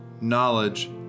knowledge